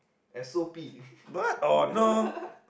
S_O_P